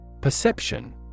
Perception